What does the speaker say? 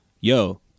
yo